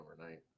overnight